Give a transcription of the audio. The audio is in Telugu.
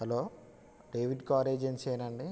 హలో డేవిడ్ కార్ ఏజెన్సీ ఏనా అండి